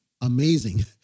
amazing